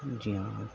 جی ہاں